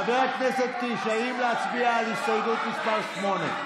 חבר הכנסת קיש, האם להצביע על הסתייגות מס' 7?